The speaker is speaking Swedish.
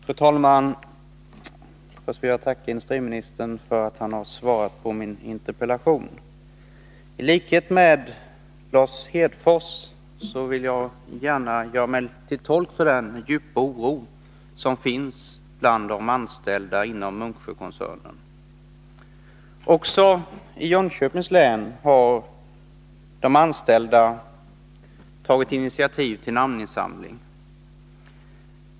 Fru talman! Först vill jag tacka industriministern för att han har svarat på min interpellation. I likhet med Lars Hedfors vill jag gärna göra mig till tolk för den djupa oro som finns bland de anställda inom Munksjökoncernen. Också i Jönköpings län har de anställda tagit initiativ till en namninsamling.